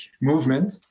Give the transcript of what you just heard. movement